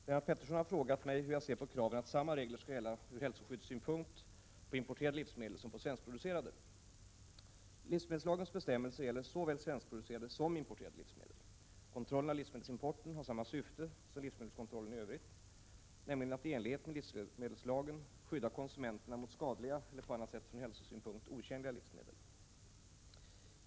Herr talman! Lennart Pettersson har frågat mig hur jag ser på kraven att samma regler skall gälla ur hälsoskyddssynpunkt på importerade livsmedel som på svenskproducerade. Livsmedelslagens bestämmelser gäller såväl svenskproducerade som importerade livsmedel. Kontrollen av livsmedelsimporten har samma syfte som livsmedelskontrollen i övrigt, nämligen att i enlighet med livsmedelslagen skydda konsumenterna mot skadliga eller på annat sätt från hälsosynpunkt otjänliga livsmedel.